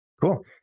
Cool